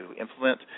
implement